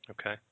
Okay